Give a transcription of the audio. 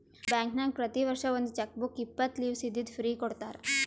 ಬ್ಯಾಂಕ್ನಾಗ್ ಪ್ರತಿ ವರ್ಷ ಒಂದ್ ಚೆಕ್ ಬುಕ್ ಇಪ್ಪತ್ತು ಲೀವ್ಸ್ ಇದ್ದಿದ್ದು ಫ್ರೀ ಕೊಡ್ತಾರ